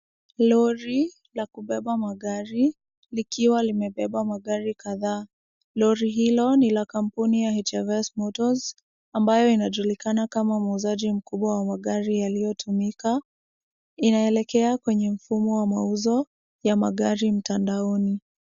Lori la kubeba magari, likiwa limebeba magari kadha. Lori hilo ni la kampuni ya HVS Motors mbayo inajulikana sana kama muuzaji wa magari yaliyotumika, inaelekea kwenye mfumo wa mauzo ya magari mtandaoni.